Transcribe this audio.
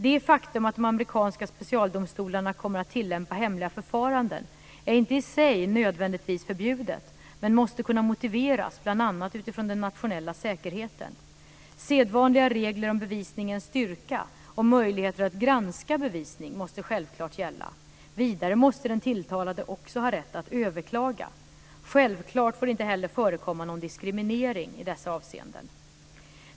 Det faktum att de amerikanska specialdomstolarna kommer att tillämpa hemliga förfaranden är inte i sig nödvändigtvis förbjudet, men måste kunna motiveras bl.a. utifrån den nationella säkerheten. Sedvanliga regler om bevisningens styrka och möjligheter att granska bevisning måste självklart gälla. Vidare måste den tilltalade också ha rätt att överklaga. Självfallet får det inte heller förekomma någon diskriminering i dessa avseenden.